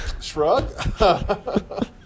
Shrug